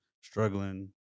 struggling